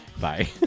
Bye